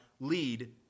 lead